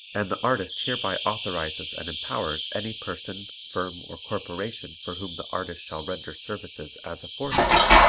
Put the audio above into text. and the artist hereby authorizes and empowers any person, firm or corporation for whom the artist shall render services as aforesaid,